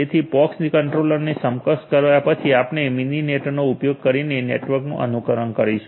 તેથી પોક્સ કંટ્રોલરને સક્ષમ કર્યા પછી આપણે મિનિનેટનો ઉપયોગ કરીને નેટવર્કનું અનુકરણ કરીશું